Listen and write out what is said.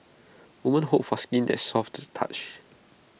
woman hope for skin that is soft to the touch